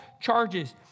charges